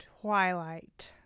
Twilight